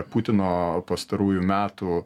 putino pastarųjų metų